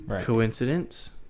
Coincidence